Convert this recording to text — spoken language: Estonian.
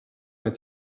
need